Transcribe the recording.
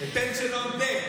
נאור שירי,